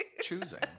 choosing